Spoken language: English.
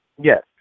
Yes